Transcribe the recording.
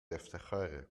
افتخاره